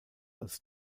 als